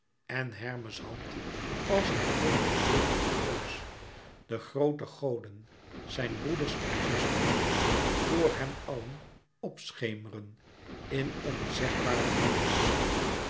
en hermes hand als een goddelijk jeugdige reus de groote goden zijn broeders en zusters voor hem allen p schemeren in onzegbaren glans